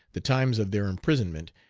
the times of their imprisonment,